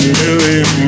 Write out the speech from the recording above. million